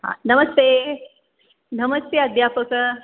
नमस्ते नमस्ते अध्यापक